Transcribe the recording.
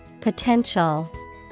Potential